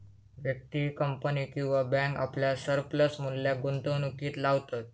व्यक्ती, कंपनी किंवा बॅन्क आपल्या सरप्लस मुल्याक गुंतवणुकीत लावतत